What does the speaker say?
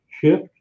shift